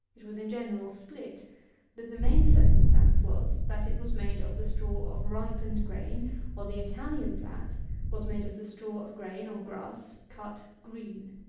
it was, in general, split but the main circumstance was, that it was made of the straw of ripened grain while the italian plat was made of the straw of grain, or grass, cut green.